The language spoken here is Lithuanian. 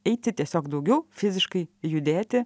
eiti tiesiog daugiau fiziškai judėti